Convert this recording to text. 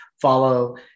follow